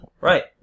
Right